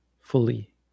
fully